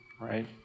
Right